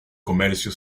comercio